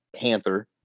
Panther